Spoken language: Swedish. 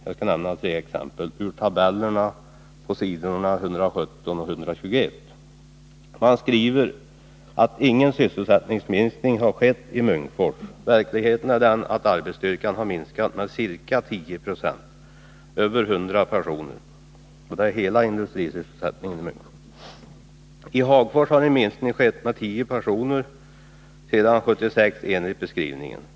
Jag skall nämna tre exempel från tabellerna på s. 117 och 121. Man skriver att ingen sysselsättningsminskning har skett i Munkfors. Verkligheten är den, att arbetsstyrkan har minskat med ca 10 96, över 100 personer — och det betyder mycket för hela industrisysselsättningen i Munkfors. I Hagfors har det skett en minskning med 10 personer sedan 1976, enligt beskrivningen.